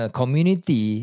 community